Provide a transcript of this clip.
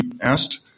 asked